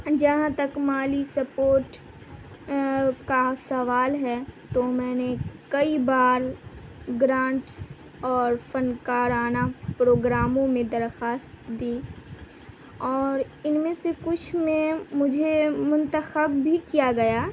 جہاں تک مالی سپورٹ کا سوال ہے تو میں نے کئی بار گرانٹس اور فنکارانہ پروگراموں میں درخواست دی اور ان میں سے کچھ میں مجھے منتخب بھی کیا گیا